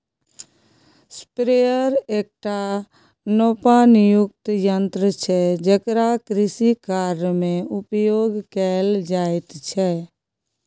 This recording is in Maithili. स्प्रेयर एकटा नोपानियुक्त यन्त्र छै जेकरा कृषिकार्यमे उपयोग कैल जाइत छै